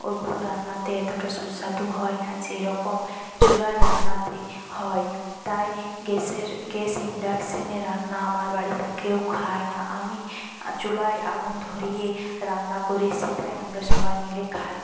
ওগুলো রান্নাতে এতটা সুস্বাদু হয় না যেরকম চুলার রান্নাতে হয় তাই গ্যাসের গ্যাস ইন্ডাক্সানে রান্না আমার বাড়িতে কেউ খায় না আমি চুলায় আগুন ধরিয়ে রান্না করি সেটাই আমরা সবাই মিলে খাই